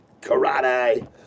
karate